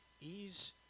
ease